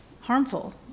harmful